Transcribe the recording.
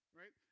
right